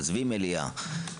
עזבי מליאה.